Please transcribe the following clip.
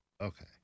Okay